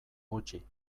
gutxi